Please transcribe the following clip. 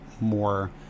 more